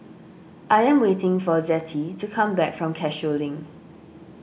I am waiting for Zettie to come back from Cashew Link